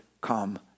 come